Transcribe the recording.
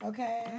Okay